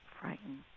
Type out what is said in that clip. frightened